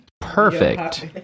Perfect